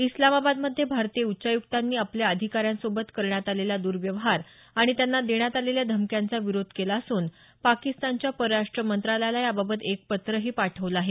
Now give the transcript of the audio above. इस्लामाबादमध्ये भारतीय उच्चायुक्तांनी आपल्या अधिकाऱ्यांसोबत करण्यात आलेला दव्यवहार आणि त्यांना देण्यात आलेल्या धमक्यांचा विरोध केला असून पाकिस्तानच्या परराष्ट मंत्रालयाला याबाबत एक पत्रही पाठवलं आहे